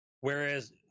Whereas